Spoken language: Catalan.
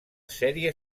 sèrie